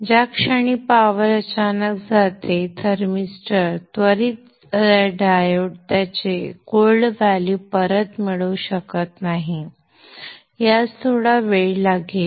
ज्या क्षणी पावर अचानक जाते थर्मिस्टर त्वरित त्याचे कोल्ड व्हॅल्यू परत मिळवू शकत नाही यास थोडा वेळ लागेल